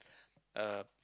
uh